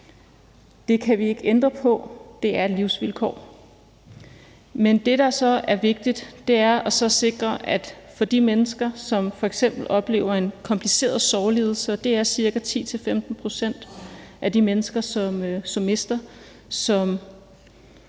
Det kan vi ikke ændre på. Det er et livsvilkår. Men det, der så er vigtigt, er at sikre, at de mennesker, som f.eks. oplever en kompliceret sorglidelse, og det er ca. 10-15 pct. af de mennesker, som mister, som